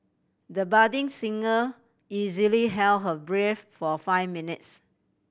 the budding singer easily held her breath for five minutes